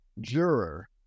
juror